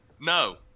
No